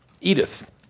Edith